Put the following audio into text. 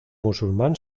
musulmán